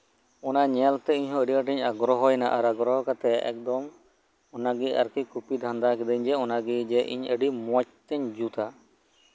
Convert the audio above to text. ᱚᱱᱟ ᱧᱮᱞ ᱛᱮ ᱤᱧ ᱦᱚᱸ ᱟᱹᱰᱤ ᱟᱸᱴᱤᱧ ᱟᱜᱽᱨᱦᱚᱭᱱᱟ ᱟᱨ ᱟᱜᱽᱨᱚᱦᱚ ᱠᱟᱛᱮ ᱟᱫᱚ ᱚᱱᱟᱜᱮ ᱠᱚᱯᱤ ᱫᱷᱟᱱᱫᱟ ᱠᱤᱫᱟᱹᱧ ᱡᱮ ᱚᱱᱟ ᱜᱮ ᱟᱹᱰᱤ ᱢᱚᱸᱡ ᱛᱤᱧ ᱡᱩᱛᱟ